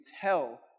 tell